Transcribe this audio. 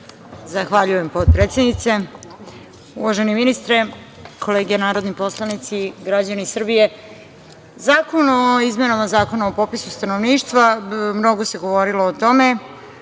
Zahvaljujem, potpredsednice. Uvaženi ministre, kolege narodni poslanice, građani Srbije, Predlog zakon o izmenama Zakona o popisu stanovništva, mnogo se govorilo o tome.